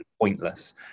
pointless